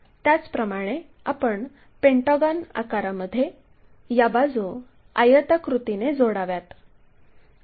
त्याचप्रमाणे आपण पेंटागॉन आकारामध्ये या बाजू आयताकृतीने जोडाव्यात